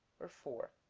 or for